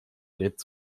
lädt